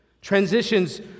Transitions